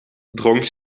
dronk